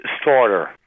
starter